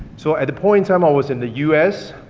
so, at the point, i'm almost in the u s,